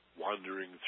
wandering